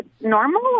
normal